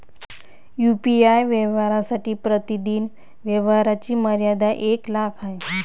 UPI व्यवहारांसाठी प्रतिदिन व्यवहारांची मर्यादा एक लाख आहे